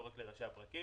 לא רק על ראשי הפרקים.